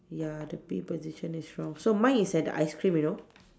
ya the bee position is wrong so mine is at the ice cream you know